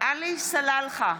עלי סלאלחה,